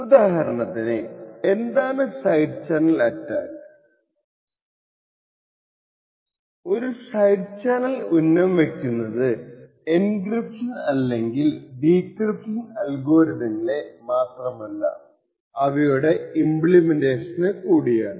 ഉദാഹരണത്തിന് എന്താണ് side channel attack എന്ന് ചുരുക്കത്തിൽ പറയാം ഒരു സൈഡ് ചാനൽ ഉന്നം വയ്ക്കുന്നത് എൻക്രിപ്ഷൻ അല്ലെങ്കിൽ ഡീക്രിപ്ഷൻ അൽഗോരിതങ്ങളെ മാത്രമല്ല അവയുടെ ഇമ്പ്ലിമെന്റേഷനെ കൂടിയാണ്